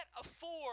afford